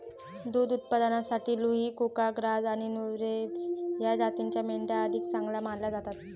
दुध उत्पादनासाठी लुही, कुका, ग्राझ आणि नुरेझ या जातींच्या मेंढ्या अधिक चांगल्या मानल्या जातात